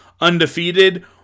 undefeated